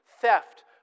theft